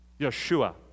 Yeshua